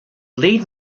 lead